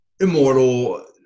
Immortal